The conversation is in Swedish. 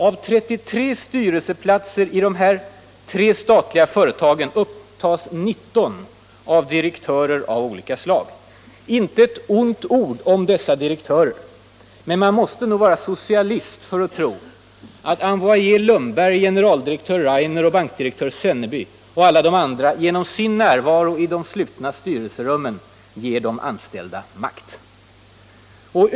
Av 33 styrelseplatser i de här tre statliga företagen upptas 19 av direktörer av olika slag! Inte ett ont ord om dessa direktörer. Men man måste nog vara socialist för att tro att envoyé Lundberg, generaldirektör Rainer, bankdirektör Senneby och alla de andra direktörerna genom sin närvaro i de slutna styrelserummen ger de anställda makt.